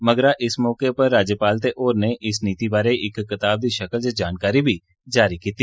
मगरा इस मौके पर राज्यपाल ते होरने इस नीति बारै कताब दी शक्ल च जानकारी बी जारी कीती